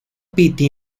pitti